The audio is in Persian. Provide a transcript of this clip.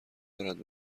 دارد